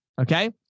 okay